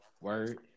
Word